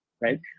right